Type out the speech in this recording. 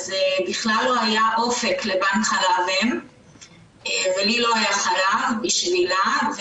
בכלל לא היה אופק לבנק חלב אם ולי לא היה חלב בשבילה,